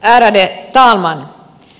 ärade talman